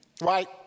Right